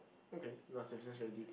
okay your very deep